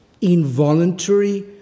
involuntary